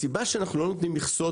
הסיבה שאנחנו לא נותנים מכסות,